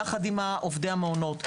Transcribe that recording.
יחד עם עובדי המעונות.